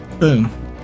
Boom